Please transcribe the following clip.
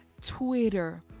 Twitter